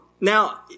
Now